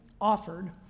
offered